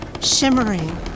shimmering